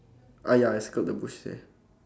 ah ya I circled the bush there